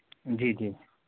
जी जी